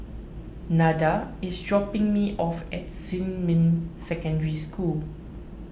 Nada is dropping me off at Xinmin Secondary School